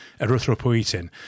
erythropoietin